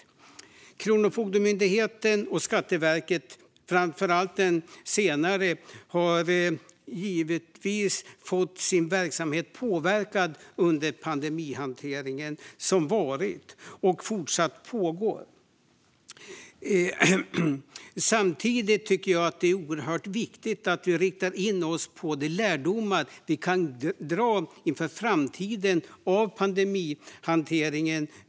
Verksamheten på Kronofogdemyndigheten och framför allt Skatteverket har givetvis blivit påverkad under den pandemihantering som varit och fortfarande pågår. Jag tycker samtidigt att det är oerhört viktigt att vi inför framtiden riktar in oss på de lärdomar vi ur ett skatteperspektiv kan dra av pandemihanteringen.